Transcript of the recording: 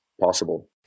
possible